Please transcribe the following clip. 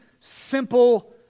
simple